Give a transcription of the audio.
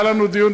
היה לנו דיון,